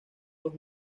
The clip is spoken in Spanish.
los